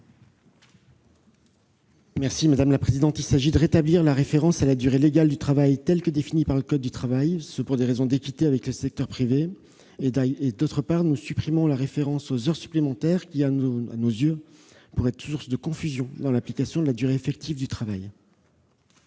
secrétaire d'État. Il s'agit de rétablir la référence à la durée légale du travail telle que définie par le code du travail, pour des raisons d'équité avec le secteur privé. Par ailleurs, nous proposons de supprimer la référence aux heures supplémentaires, qui, selon nous, pourrait être source de confusion dans l'application de la durée effective du travail.